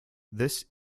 this